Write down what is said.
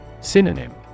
Synonym